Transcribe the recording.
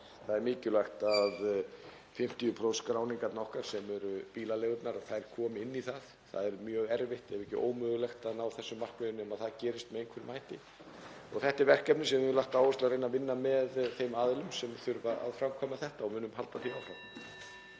Það er mikilvægt að 50% skráningarnar okkar, sem eru bílaleigurnar, þær komi inn í það. Það er mjög erfitt ef ekki ómögulegt að ná þessum markmiðum nema það gerist með einhverjum hætti. Þetta er verkefni sem við höfum lagt áherslu á að reyna að vinna með þeim aðilum sem þurfa að framkvæma þetta og munum halda því áfram.